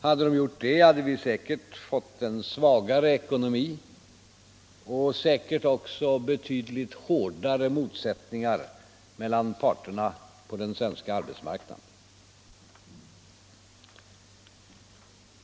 Hade de lyckats hade vi säkert fått en svagare ekonomi och säkert också betydligt hårdare motsättningar mellan parterna på den svenska arbetsmarknaden.